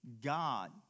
God